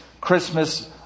Christmas